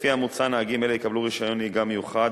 לפי המוצע, נהגים אלה יקבלו רשיון נהיגה מיוחד,